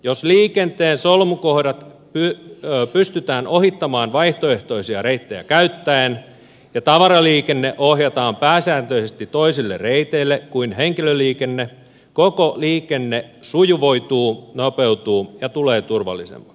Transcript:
jos liikenteen solmukohdat pystytään ohittamaan vaihtoehtoisia reittejä käyttäen ja tavaraliikenne ohjataan pääsääntöisesti toisille reiteille kuin henkilöliikenne koko liikenne sujuvoituu nopeutuu ja tulee turvallisemmaksi